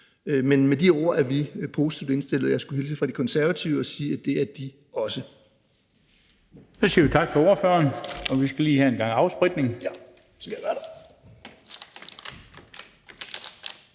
Men med de ord er vi positivt indstillede, og jeg skulle hilse fra De Konservative og sige, at det er de også.